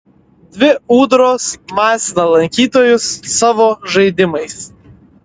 dvi ūdros masina lankytojus savo žaidimais